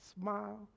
smile